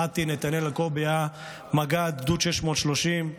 נתי נתנאל אלקובי היה מג"ד גדוד 630,